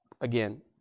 again